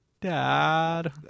Dad